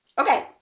okay